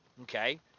Okay